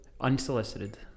unsolicited